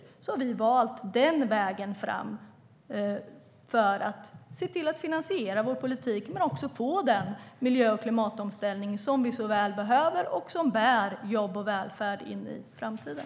Därför har vi valt denna väg för att finansiera vår politik och få den miljö och klimatomställning som vi så väl behöver och som bär jobb och välfärd in i framtiden.